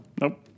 Nope